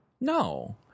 no